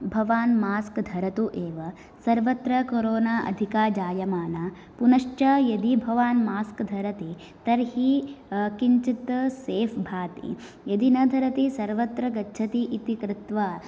भवान् मास्क् धरतु एव सर्वत्र कोरोना अधिका जायमाना पुनश्च यदि भवान् मास्क् धरति तर्हि किञ्चित् सेफ् भाति यदि न धरति सर्वत्र गच्छति इति कृत्वा